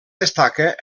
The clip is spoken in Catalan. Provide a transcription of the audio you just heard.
destaca